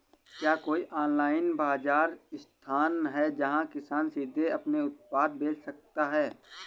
क्या कोई ऑनलाइन बाज़ार स्थान है जहाँ किसान सीधे अपने उत्पाद बेच सकते हैं?